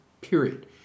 period